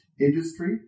industry